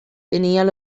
tenia